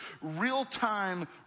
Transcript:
real-time